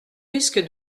risque